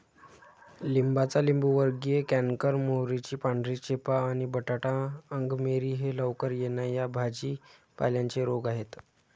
लिंबाचा लिंबूवर्गीय कॅन्कर, मोहरीची पांढरी चेपा आणि बटाटा अंगमेरी हे लवकर येणा या भाजी पाल्यांचे रोग आहेत